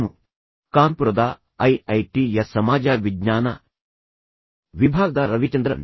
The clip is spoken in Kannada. ನಾನು ಕಾನ್ಪುರದ ಐಐಟಿಯ ಮಾನವಿಕ ಮತ್ತು ಸಮಾಜ ವಿಜ್ಞಾನ ವಿಭಾಗದ ರವಿಚಂದ್ರನ್